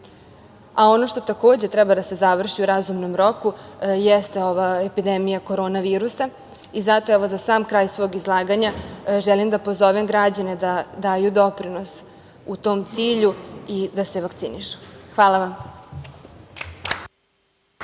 što takođe treba da se završi u razumnom roku jeste ova epidemija korona virusa i zato, za sam kraj svog izlaganja, želim da pozovem građane da daju doprinos u tom cilju i da se vakcinišu. Hvala vam.